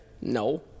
No